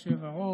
אדוני היושב-ראש,